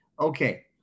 Okay